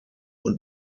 und